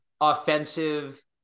offensive